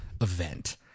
event